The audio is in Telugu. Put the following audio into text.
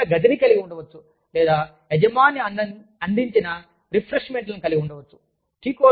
మీరు భోజనాల గదిని కలిగి ఉండవచ్చు లేదా యజమాని అందించిన రిఫ్రెష్మెంట్ల ను కలిగి ఉండవచ్చు